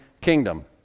kingdom